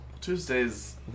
Tuesday's